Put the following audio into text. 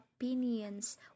opinions